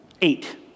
Eight